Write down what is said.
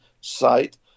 site